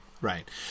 Right